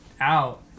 out